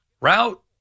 Route